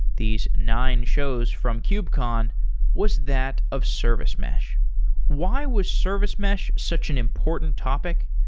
these nine shows from kubecon was that of service mesh why was service mesh such an important topic?